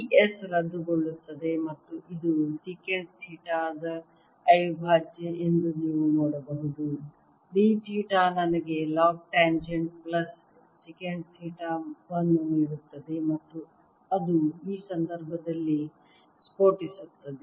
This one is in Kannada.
ಈ S ರದ್ದುಗೊಳ್ಳುತ್ತದೆ ಮತ್ತು ಇದು ಸೆಕಂಟ್ ಥೀಟಾ ದ ಅವಿಭಾಜ್ಯ ಎಂದು ನೀವು ನೋಡಬಹುದು d ಥೀಟಾ ನನಗೆ log tangent plus secant theta ವನ್ನು ನೀಡುತ್ತದೆ ಮತ್ತು ಅದು ಈ ಸಂದರ್ಭದಲ್ಲಿ ಸ್ಫೋಟಿಸುತ್ತದೆ